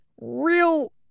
real